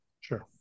Sure